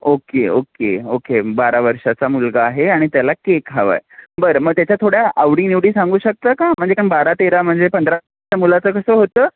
okay okay okay बारा वर्षाचा मुलगा आहे आणि त्याला केक हवा आहे बरं मग त्याच्या थोड्या आवडीनिवडी सांगू शकता का म्हणजे कारण बारा तेरा म्हणजे पंधराच्या मुलाचं कसं होत